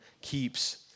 keeps